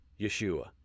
Yeshua